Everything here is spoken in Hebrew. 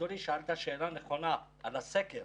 אדוני שאלת שאלה נכונה על הסקר